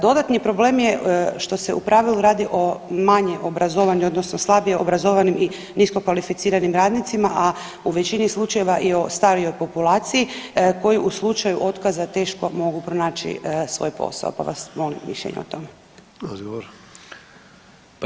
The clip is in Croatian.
Dodatni problem je što se u pravilu radi o manje obrazovanim odnosno slabije obrazovanim i nisko kvalificiranim radnicima, a u veći slučajeva i u starijoj populaciji koji u slučaju otkaza teško mogu pronaći svoj posao, pa vas molim mišljenje o tome.